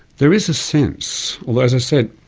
there is a sense, although as i said,